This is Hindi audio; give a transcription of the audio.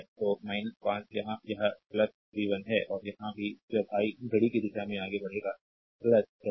तो 5 यहाँ यह v 1 है और यहाँ भी जब आई घड़ी की दिशा में आगे बढ़ेगा पहले